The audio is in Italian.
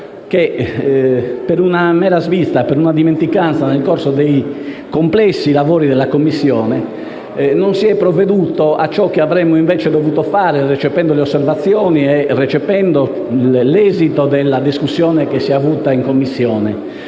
che, per una mera svista, per una dimenticanza nel corso dei complessi lavori della Commissione, non si è provveduto a ciò che invece avremmo dovuto fare, recependo le osservazioni e l'esito della discussione che si è avuta in Commissione,